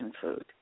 food